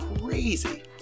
crazy